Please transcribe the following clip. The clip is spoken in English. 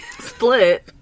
split